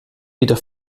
wieder